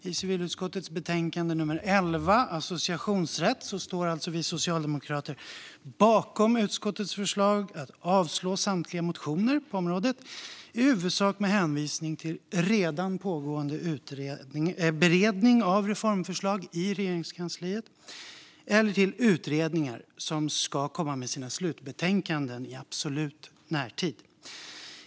I civilutskottets betänkande nummer 11 Associationsrätt står alltså vi socialdemokrater bakom utskottets förslag att avslå samtliga motioner på området, i huvudsak med hänvisning till redan pågående beredning av reformförslag i Regeringskansliet eller till utredningar som ska komma med sina slutbetänkanden i absolut närtid.